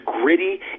gritty